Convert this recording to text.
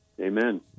Amen